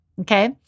Okay